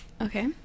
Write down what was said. Okay